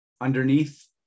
underneath